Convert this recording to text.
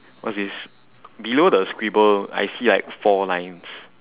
what's this below the scribble I see like four lines